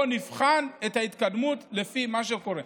בואו נבחן את ההתקדמות לפי מה שקורה.